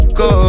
go